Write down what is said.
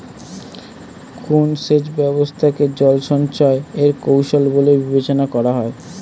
কোন সেচ ব্যবস্থা কে জল সঞ্চয় এর কৌশল বলে বিবেচনা করা হয়?